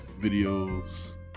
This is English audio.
videos